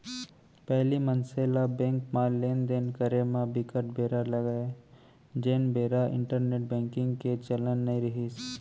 पहिली मनसे ल बेंक म लेन देन करे म बिकट बेरा लगय जेन बेरा इंटरनेंट बेंकिग के चलन नइ रिहिस